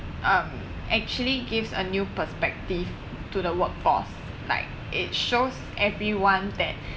um actually gives a new perspective to the workforce like it shows everyone that